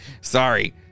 Sorry